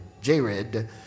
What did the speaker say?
Jared